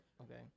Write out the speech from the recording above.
Okay